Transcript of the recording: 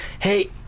hey